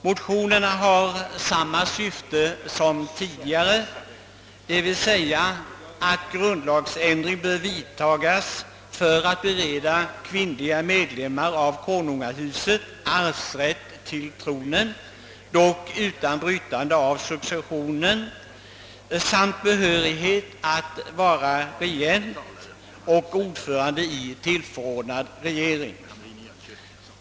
Motionerna har samma syfte som tidigare, d. v. s. att en grundlagsändring bör göras för att bereda kvinnliga medlemmar av konungahuset arvsrätt till tronen, dock utan brytande av gällande succession, samt behörighet att vara regent och ordförande i tillförordnad regering.